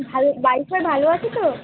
ভালো বাড়ির সবাই ভালো আছে তো